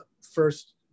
first